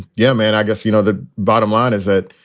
yeah, man, i guess, you know, the bottom line is that,